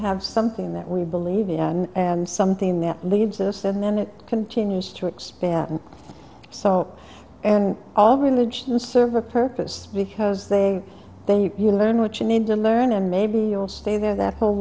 have something that we believe in and something that leads to this and then it continues to expand and so and all religions serve a purpose because they they you you learn what you need to learn and maybe you'll stay there that whole